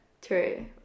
True